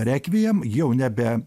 rekviem jau nebe